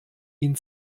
ihnen